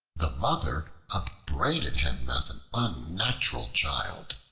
the mother upbraided him as an unnatural child,